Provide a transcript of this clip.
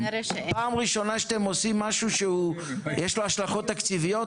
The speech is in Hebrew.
זו פעם ראשונה שאתם עושים משהו שיש לו השלכות תקציביות?